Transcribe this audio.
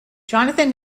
jonathan